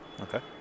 Okay